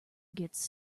gets